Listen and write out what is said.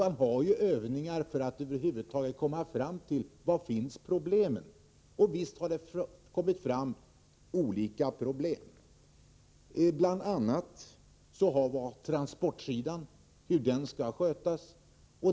Man har ju övningar för att över huvud taget komma fram till var problemen finns — och visst har det kommit fram olika problem, bl.a. vad gäller hur transportsidan skall skötas.